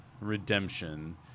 redemption